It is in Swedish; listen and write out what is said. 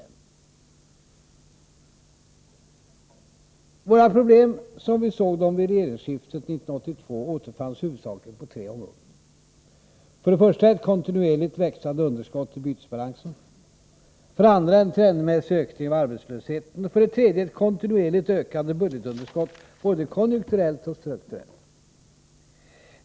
Sveriges problem som vi såg dem vid regeringsskiftet 1982 återfanns huvudsakligen på tre områden: För det första ett kontinuerligt växande underskott i bytesbalansen, för det andra en trendmässig ökning av arbetslösheten och för det tredje ett kontinuerligt ökande budgetunderskott, såväl konjunkturellt som strukturellt.